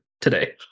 today